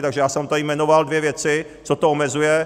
Takže jsem vám tady jmenoval dvě věci, co to omezuje.